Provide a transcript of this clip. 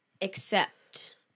accept